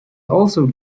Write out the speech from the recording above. also